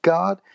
God